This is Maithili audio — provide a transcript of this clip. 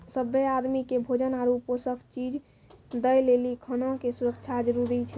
सभ्भे आदमी के भोजन आरु पोषक चीज दय लेली खाना के सुरक्षा जरूरी छै